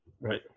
right